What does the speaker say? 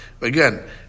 Again